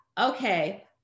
okay